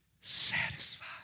satisfied